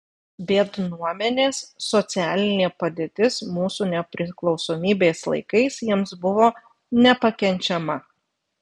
biednuomenės socialinė padėtis mūsų nepriklausomybės laikais jiems buvo nepakenčiama